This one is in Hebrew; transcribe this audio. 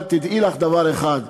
אבל תדעי לך דבר אחד: